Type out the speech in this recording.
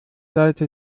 seite